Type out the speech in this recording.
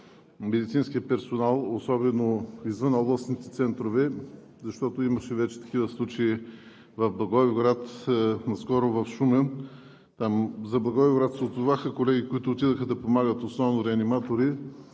медицинския персонал, особено извън областните центрове, защото имаше вече такива случаи в Благоевград, наскоро и в Шумен. За Благоевград се отзоваха колеги, основно реаниматори,